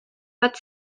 bat